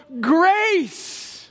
grace